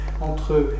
entre